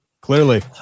Clearly